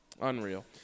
Unreal